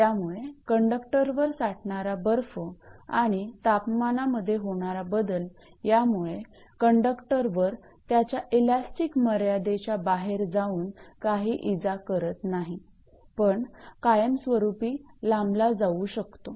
त्यामुळे कंडक्टरवर साठणारा बर्फ आणि तापमानामध्ये होणारा बदल यामुळे कंडक्टरवर त्याच्या इलास्टिक मर्यादेच्या बाहेर जाऊन काही इजा करत नाही पण कायमस्वरूपी लांबला जाऊ शकतो